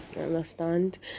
understand